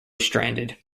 stranded